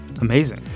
Amazing